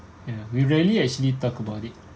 ya we rarely actually talk about it